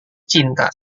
cinta